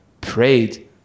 prayed